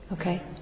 okay